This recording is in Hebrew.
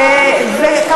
זה שולל זכות של עובד.